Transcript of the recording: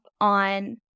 on